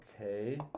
okay